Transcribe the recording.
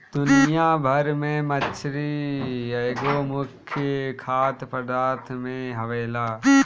दुनिया भर में मछरी एगो मुख्य खाद्य पदार्थ में आवेला